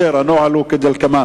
הנוהל הוא כדלקמן: